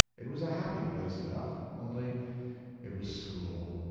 it was a happy place enough, only it was school.